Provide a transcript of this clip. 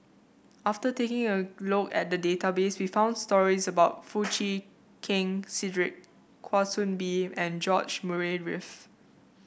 after taking a look at database we found stories about Foo Chee Keng Cedric Kwa Soon Bee and George Murray Reith